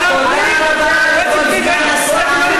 ביזיון, ביזיון.